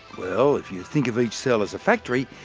well, if you think of each cell as a factory,